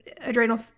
adrenal